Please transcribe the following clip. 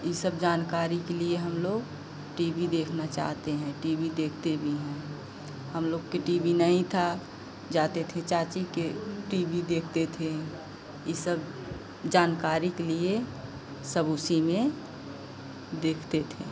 यह सब जानकारी के लिए हमलोग टी वी देखना चाहते हैं टी वी देखते भी हैं हमलोग को टी वी नहीं था जाते थे चाची का टी वी देखते थे यह सब जानकारी के लिए सब उसी में देखते थे